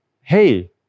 hey